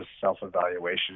self-evaluation